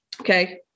okay